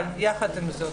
אבל יחד עם זאת,